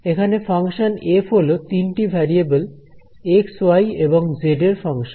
এখানে function F হল তিনটি ভেরিয়েবল এক্স ওয়াই এবং জেড এর ফাংশন